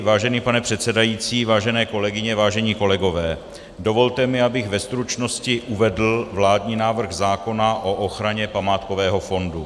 Vážený pane předsedající, vážené kolegyně, vážení kolegové, dovolte mi, abych ve stručnosti uvedl vládní návrh zákona o ochraně památkového fondu.